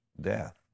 death